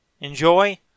Enjoy